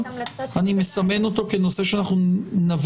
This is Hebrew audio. אני מסמן אותו כנושא שנבין,